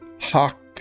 hawk